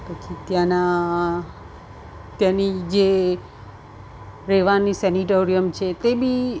પછી ત્યાંના તેની જે રેવાની સેનિટોરિયમ છે તે બિ